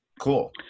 Cool